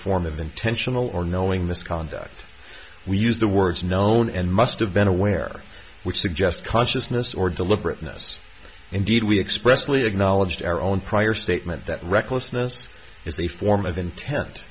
form of intentional or knowing misconduct we used the words known and must have been aware which suggests consciousness or deliberateness indeed we expressly acknowledged our own prior statement that recklessness is a form of intent